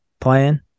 playing